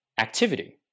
activity